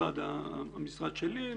המשרד שלי,